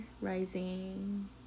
rising